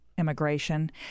immigration